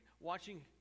Watching